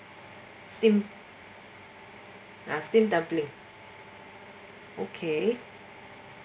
steam ah steamed dumpling okay